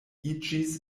iĝis